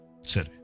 Sir